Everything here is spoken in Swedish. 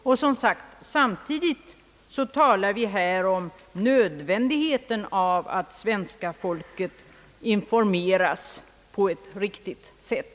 Och som sagt — samtidigt talar vi här om nödvändigheten av att svenska folket informeras på ett riktigt sätt.